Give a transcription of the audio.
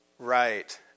Right